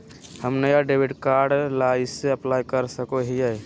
हम नया debit card ला कइसे अप्लाई कर सको हियै?